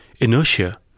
inertia